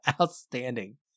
outstanding